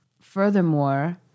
furthermore